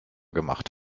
gemacht